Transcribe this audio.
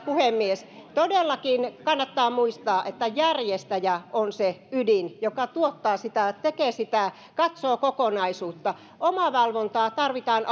puhemies todellakin kannattaa muistaa että järjestäjä on se ydin joka tuottaa sitä tekee sitä katsoo kokonaisuutta omavalvontaa tarvitaan